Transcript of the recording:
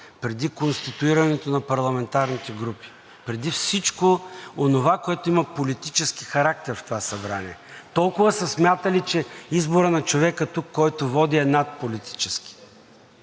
преди конституирането на парламентарните групи, преди всичко онова, което има политически характер в това събрание – толкова са смятали, че изборът на човека, който води тук, е надполитически,